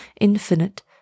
infinite